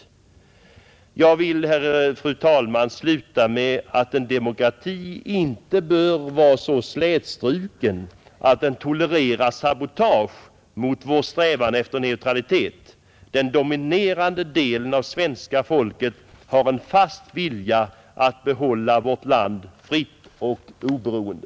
Jag vill, fru talman, sluta med att säga att en demokrati inte bör vara så slätstruken att den tolererar sabotage mot vår strävan efter neutralitet. Den dominerande delen av svenska folket har en fast vilja att behålla vårt land fritt och oberoende,